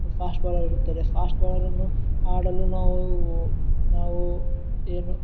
fast bowler ಇರುತ್ತದೆ fast ಬಾಲರನ್ನು ಆಡಲು ನಾವು ನಾವು ಏನು